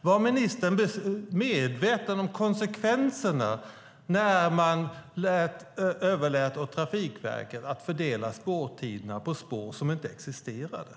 Var ministern medveten om konsekvenserna när man överlät åt Trafikverket att fördela spårtider på spår som inte existerade?